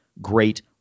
great